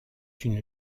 une